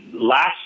last